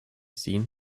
seen